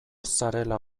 zarela